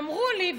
אמרו לי,